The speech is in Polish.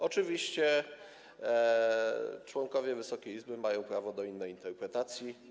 Oczywiście członkowie Wysokiej Izby mają prawo do innej interpretacji.